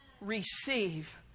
receive